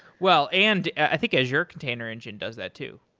well, and i think azure container engine does that too.